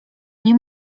nie